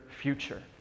future